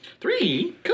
Three